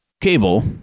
cable